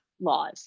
laws